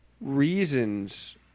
reasons